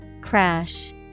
Crash